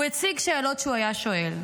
הוא הציג שאלות שהוא היה שואל.